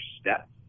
step